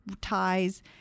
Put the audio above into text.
ties